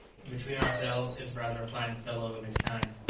and between ourselves, is rather a fine fellow of his kind.